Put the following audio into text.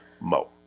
Mo